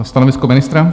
Stanovisko ministra?